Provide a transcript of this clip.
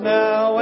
now